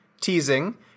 teasing